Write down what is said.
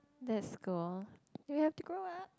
that's you have to grow up